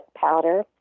powder